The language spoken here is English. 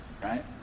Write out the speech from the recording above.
Right